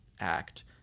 act